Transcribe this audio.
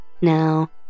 Now